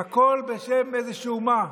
הכול בשם איזשהו, מה?